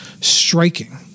striking